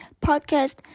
podcast